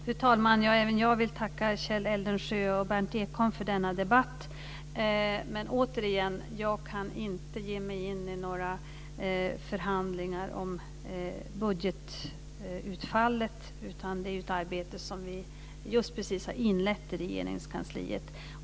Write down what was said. Fru talman! Jag vill i min tur tacka Kjell Eldensjö och Berndt Ekholm för denna debatt. Men återigen: Jag kan inte ge mig in i några förhandlingar om budgetutfallet i ett läge där budgetarbetet just har inletts i Regeringskansliet.